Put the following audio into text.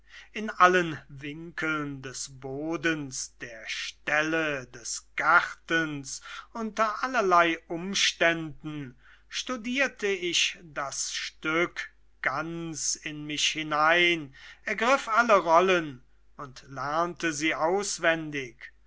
in allen winkeln des bodens der ställe des gartens unter allerlei umständen studierte ich das stück ganz in mich ein ergriff alle rollen und lernte sie auswendig